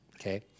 Okay